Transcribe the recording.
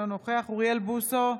אינו נוכח אוריאל בוסו,